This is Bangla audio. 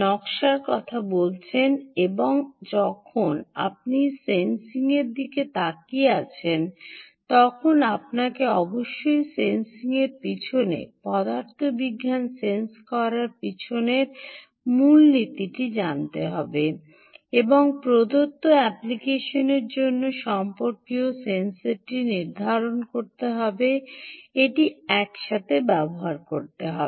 নকশার কথা বলছেন এবং যখন আপনি সেন্সিংয়ের দিকে তাকিয়ে আছেন তখন আপনাকে অবশ্যই সেন্সিংয়ের পিছনে পদার্থবিজ্ঞান সেন্স করার পিছনের মূলনীতিটি জানতে হবে এবং প্রদত্ত অ্যাপ্লিকেশনের জন্য প্রয়োজনীয় সেন্সরটি নির্ধারণ করতে এটি একসাথে ব্যবহার করতে হবে